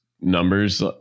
numbers